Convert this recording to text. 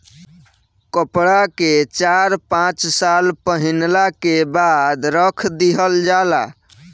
कपड़ा के चार पाँच साल पहिनला के बाद रख दिहल जाला